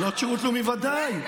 בנות שירות לאומי, בוודאי.